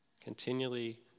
Continually